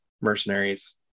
mercenaries